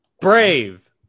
Brave